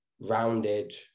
rounded